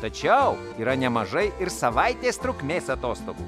tačiau yra nemažai ir savaitės trukmės atostogų